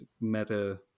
meta